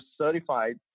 certified